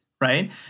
Right